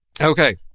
Okay